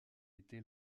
été